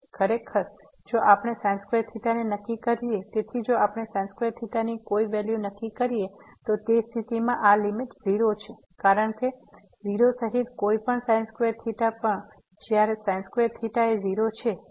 ખરેખર જો આપણે ને નક્કી કરીએ તેથી જો આપણે ની કોઈ વેલ્યુ નક્કી કરીએ તો તે સ્થિતિમાં આ લીમીટ 0 છે કારણ કે 0 સહિત કોઈ પણ પણ જયારે એ 0 છે